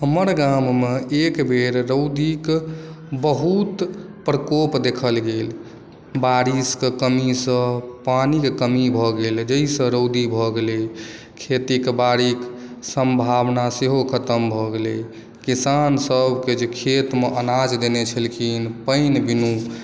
हमर गाममे एक बेर रौदीके बहुत प्रकोप देखल गेल बारिशके कमीसँ पानिके कमी भऽ गेल जाहिसँ रौदी भऽ गेलै खेती बाड़ीक सम्भावना सेहो खतम भऽ गेलै किसानसभके जे खेतमे अनाज देने छलखिन पानि बिनु